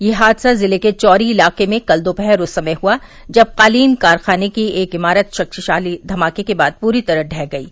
यह हादसा जिले के चौरी इलाके में कल दोपहर उस समय हुआ जब कालीन कारखाने की एक इमारत शक्तिशाली धमाके के बाद पूरी तरह ढह गयी